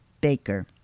Baker